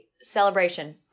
celebration